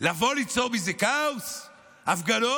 לבוא וליצור מזה כאוס, הפגנות?